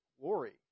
glory